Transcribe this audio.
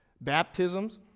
baptisms